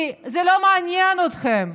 כי זה לא מעניין אתכם.